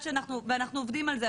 ואנחנו עובדים על זה,